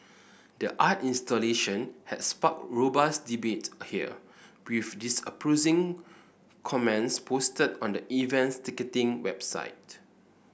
the art installation had sparked robust debate here with comments posted on the event's ticketing website